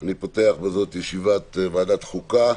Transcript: אני פותח את ישיבת ועדת החוקה,